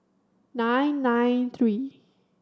nine nine three